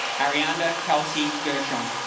arianda kalki gershon